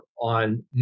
on